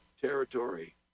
territory